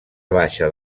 baixa